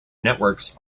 networks